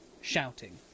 shouting